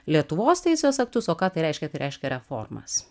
lietuvos teisės aktus o ką tai reiškia tai reiškia reformas